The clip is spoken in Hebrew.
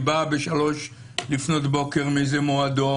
היא באה ב-3:00 לפנות בוקר מאיזה מועדון,